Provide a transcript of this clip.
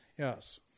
Yes